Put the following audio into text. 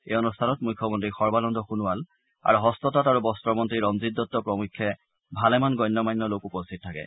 এই অনুষ্ঠানত মুখ্যমন্ত্ৰী সৰ্বানন্দ সোণোৱাল আৰু হস্ততাঁত আৰু বস্ত্ৰ মন্ত্ৰী ৰঞ্জিত দত্ত প্ৰমুখে ভালেমান গন্য মান্য লোক উপস্থিত থাকে